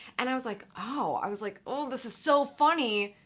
and i was like oh, i was like oh, this is so funny,